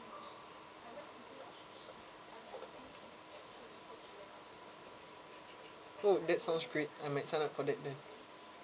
oh that sounds great I might sign up for that then